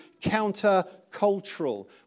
counter-cultural